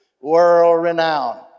world-renowned